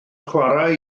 chwarae